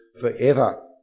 forever